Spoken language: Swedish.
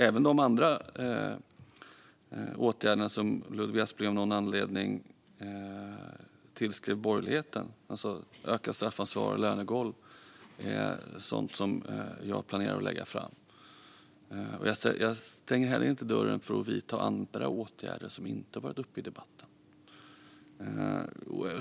Även de andra åtgärderna som Ludvig Aspling av någon anledning tillskriver borgerligheten, det vill säga ökat straffansvar och lönegolv, är sådana förslag till åtgärder som jag planerar att lägga fram. Jag stänger inte heller dörren för att vidta andra åtgärder som inte har varit uppe i debatten.